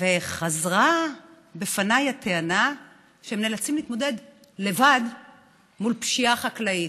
וחזרה בפניי הטענה שהם נאלצים להתמודד לבד מול פשיעה חקלאית.